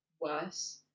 worse